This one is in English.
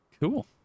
Cool